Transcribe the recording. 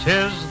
Tis